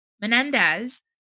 Menendez